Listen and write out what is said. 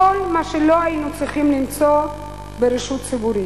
כל מה שלא היינו צריכים למצוא ברשות ציבורית,